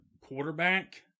quarterback